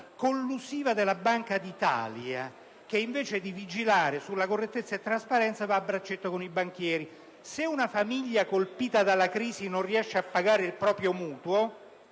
collusiva della Banca d'Italia che, invece di vigilare sulla correttezza e trasparenza, va a braccetto con i banchieri. Se una famiglia colpita dalla crisi non riesce a pagare il proprio mutuo